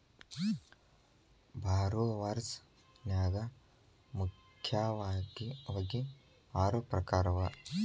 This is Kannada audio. ಭಾರೊವರ್ಸ್ ನ್ಯಾಗ ಮುಖ್ಯಾವಗಿ ಆರು ಪ್ರಕಾರವ